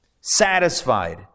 satisfied